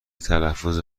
تلفظ